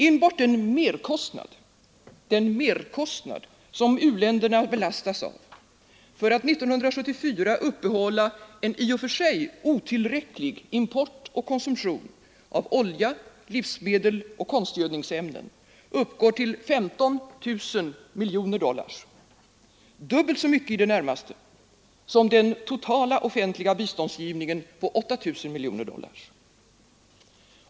Enbart den merkostnad som u-länderna belastas av för att 1974 uppehålla en i och för sig otillräcklig import och konsumtion av olja, livsmedel och konstgödningsämnen uppgår till 15 000 miljoner dollar, dubbelt så mycket, i det närmaste, som den totala offentliga biståndsgivningen på 8 000 miljoner dollar.